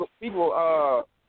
People